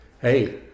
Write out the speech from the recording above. hey